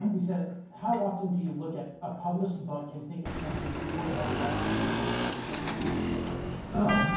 he says, how often do you look at a published book and think of something you would have liked to do better? is there anything specific? brandon oh.